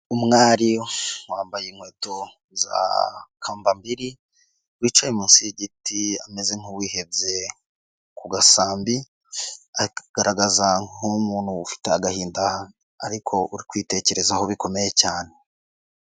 Umwari wambaye inkweto za kambambiri, wicaye munsi y'igiti ameze nk'uwihebye ku gasambi, akagaragaza nk'umuntu ufite agahinda ariko uri kwitekerezaho bikomeye cyane.